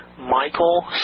Michael